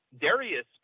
Darius